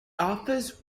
office